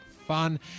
fun